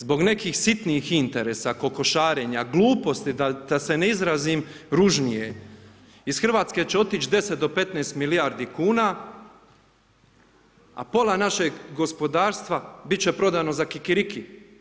Zbog nekih sitnih interesa, kokošarenja, gluposti da se ne izrazim ružnije iz Hrvatske će otići 10 do 15 milijardi kuna, a pola našeg gospodarstva bit će prodano za kikiriki.